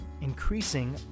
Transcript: increasing